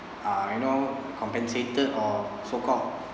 uh I know compensated or so-call